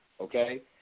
Okay